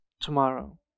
tomorrow